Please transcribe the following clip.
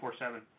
24/7